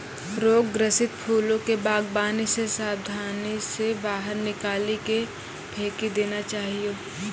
रोग ग्रसित फूलो के वागवानी से साबधानी से बाहर निकाली के फेकी देना चाहियो